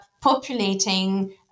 populating